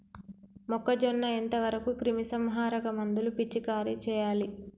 మొక్కజొన్న ఎంత వరకు క్రిమిసంహారక మందులు పిచికారీ చేయాలి?